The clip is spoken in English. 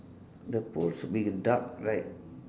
the pole should be dark right